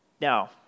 Now